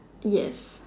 yes